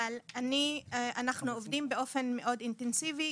אבל אנחנו עובדים באופן מאוד אינטנסיבי,